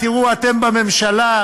תראו אתם בממשלה,